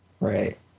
Right